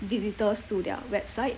digitals to their website